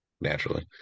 naturally